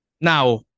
Now